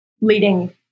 leading